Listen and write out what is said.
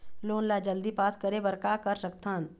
Loan ला जल्दी pass करे बर का कर सकथन?